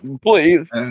please